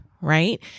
right